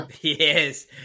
Yes